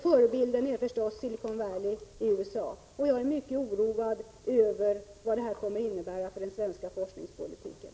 Förebilden är förstås Silicon Valley i USA. Jag är mycket oroad över vad detta kommer att innebära för den svenska forskningspolitiken.